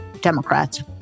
Democrats